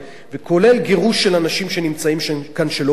כולל גירוש של אנשים שנמצאים כאן שלא כדין.